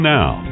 Now